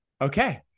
Okay